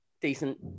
Decent